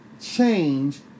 change